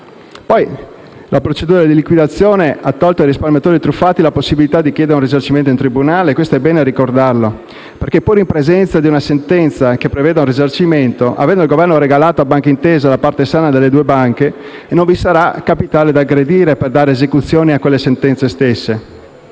la procedura di liquidazione ha tolto ai risparmiatori truffati la possibilità di chiedere un risarcimento in tribunale. Questo è bene ricordarlo, perché, pur in presenza di una sentenza che preveda un risarcimento, avendo il Governo regalato a Banca Intesa la parte sana delle due banche, non vi sarà capitale da aggredire per dare esecuzione alle stesse sentenze.